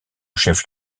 chef